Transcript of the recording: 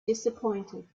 disappointed